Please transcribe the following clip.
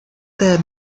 their